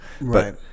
right